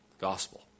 Gospel